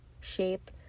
shape